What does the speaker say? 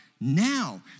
now